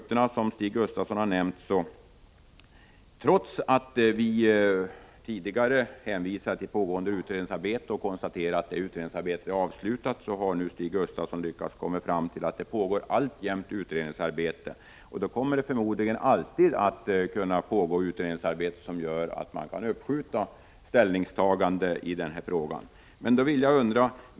Trots att vi tidigare har hänvisat till pågående utredningsarbete och sedan konstaterat att detta är avslutat, har Stig Gustafsson nu kommit fram till att det alltjämt pågår utredningsarbete. Det kommer förmodligen alltid att pågå utredningsarbete som gör det möjligt att uppskjuta ställningstagande i denna fråga.